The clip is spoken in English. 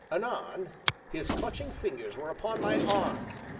anon, his clutching fingers were upon my arm,